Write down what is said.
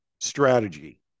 strategy